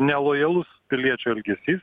nelojalus piliečių elgesys